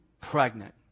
pregnant